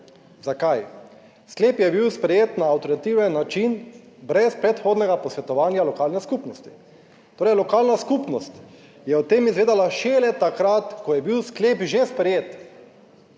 Zakaj? Sklep je bil sprejet na alternativen način brez predhodnega posvetovanja lokalne skupnosti; torej lokalna skupnost je o tem izvedela šele takrat, ko je bil sklep že sprejet.